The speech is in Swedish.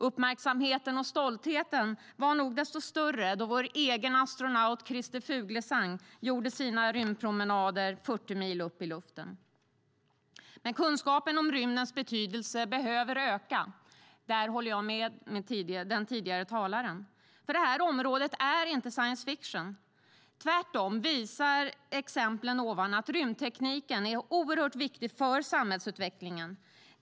Uppmärksamheten och stoltheten var nog desto större då vår egen astronaut Christer Fuglesang gjorde sina rymdpromenader 40 mil upp i rymden. Kunskapen om rymdens betydelse behöver dock öka; där håller jag med tidigare talare. Detta område är nämligen inte science fiction. Tvärtom visar de exempel som nämnts att rymdtekniken är oerhört viktig för samhällsutvecklingen.